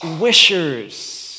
wishers